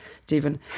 Stephen